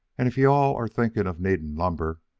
and if you-all are thinking of needing lumber,